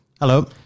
Hello